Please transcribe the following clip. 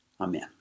Amen